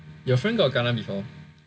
you friend got kena before